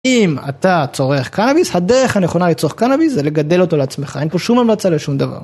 אם אתה צורך קנאביס, הדרך הנכונה ליצור קנאביס זה לגדל אותו לעצמך, אין פה שום המצא לשום דבר.